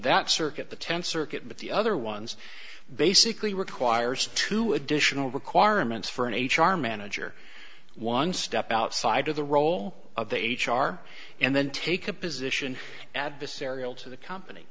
that circuit the tenth circuit but the other ones basically requires two additional requirements for an h r manager one step outside of the role of the h r and then take a position adversarial to the company